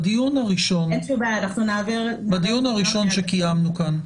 בדיון הראשון שקיימנו כאן,